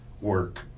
work